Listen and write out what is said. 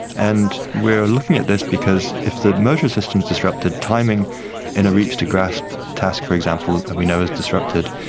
and we are looking at this because if the motor system is disrupted, timing in a reach to grasp task, for example, that we know is disrupted,